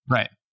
Right